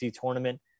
tournament